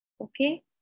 okay